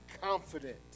confident